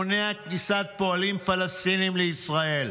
מונע כניסת פועלים פלסטינים לישראל.